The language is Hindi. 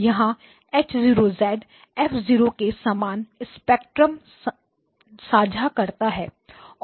जहाँ H 0 F0 के समान स्पेक्ट्रम साझा करता है